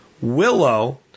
Willow